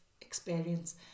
experience